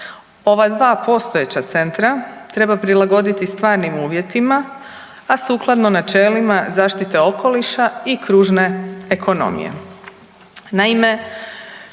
Ova dva postojeća centra treba prilagoditi stvarnim uvjetima, a sukladno načelima zaštite okoliša i kružne ekonomije.